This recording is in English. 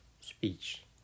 speech